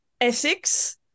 ethics